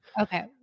Okay